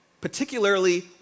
particularly